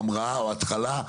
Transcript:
המראה או התחלה,